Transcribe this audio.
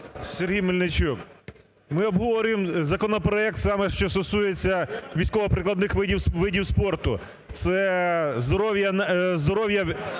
Сергій Мельничук. Ми обговорюємо законопроект саме що стосується військово-прикладних видів спорту. Це здоров'я